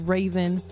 Raven